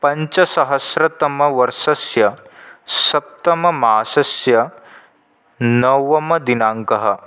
पञ्चसहस्रतमवर्षस्य सप्तममासस्य नवमदिनाङ्कः